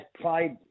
played